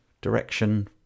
direction